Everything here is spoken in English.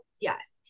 Yes